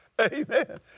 Amen